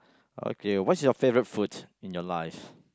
okay what's your favourite food in your life